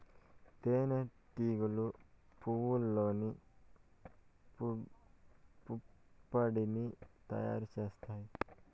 తేనె టీగలు పువ్వల్లోని పుప్పొడిని తయారు చేత్తాయి